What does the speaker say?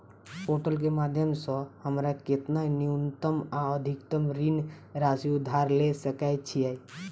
Portal केँ माध्यम सऽ हमरा केतना न्यूनतम आ अधिकतम ऋण राशि उधार ले सकै छीयै?